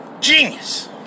Genius